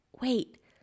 wait